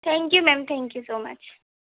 thank you madam thank you so much